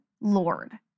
Lord